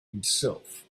himself